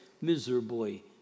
miserably